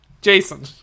jason